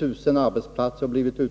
Under det senaste året är det 10 000 fler arbetsplatser än tidigare som har blivit utan besök. Utskottsmajoriteten anser, Ulla Tillander, att det inte finns motiv för